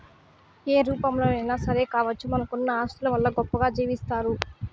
ఏ రూపంలోనైనా సరే కావచ్చు మనకున్న ఆస్తుల వల్ల గొప్పగా జీవిస్తారు